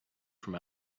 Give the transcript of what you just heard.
from